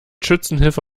schützenhilfe